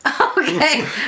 Okay